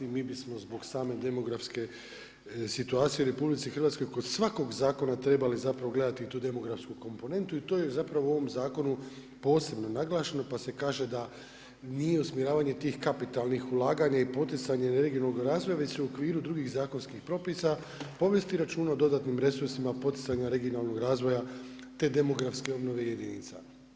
Mi bismo zbog same demografske situacije u RH kod svakog zakona trebali gledati tu demografsku komponentu i to je u ovom zakonu posebno naglašeno pa se kaže da nije usmjeravanje tih kapitalnih ulaganja i poticanje regionalnog razvoja već se u okviru drugih zakonskih propisa povesti računa o dodatnim resursima, poticanja regionalnog razvoja te demografske obnove jedinica.